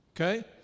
Okay